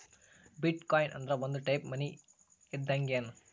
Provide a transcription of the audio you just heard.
ಬಿಟ್ coin ಅಂದ್ರ ಒಂದ type money ಇದ್ದಂಗ್ಗೆನ್